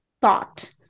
thought